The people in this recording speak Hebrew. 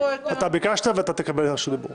אתה ביקשת ותקבל רשות דיבור.